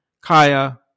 Kaya